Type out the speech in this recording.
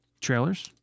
trailers